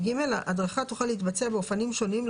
ההדרכה תוכל להתבצע באופנים שונים,